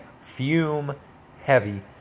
fume-heavy